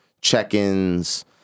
check-ins